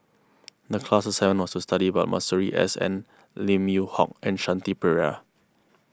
the class assignment was to study about Masuri S N Lim Yew Hock and Shanti Pereira